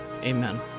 Amen